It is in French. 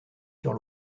sur